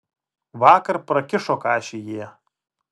vakar prakišo kašį jie